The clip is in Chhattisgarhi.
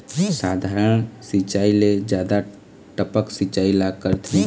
साधारण सिचायी ले जादा टपक सिचायी ला करथे